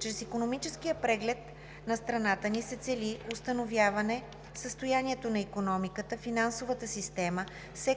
Чрез Икономическия преглед на страната ни се цели установяване състоянието на икономиката, финансовата система, секторните